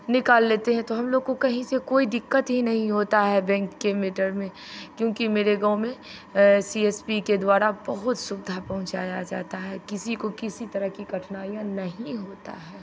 निकाल लेते हैं तो हम लोग को कहीं से कोई दिक्कत ही नहीं होता है बैंक के मैटर में क्योंकि मेरे गाँव में सी एस पी के द्वारा बहुत सुविधा पहुँचाया जाता है किसी को किसी तरह की कठिनाइयाँ नहीं होता है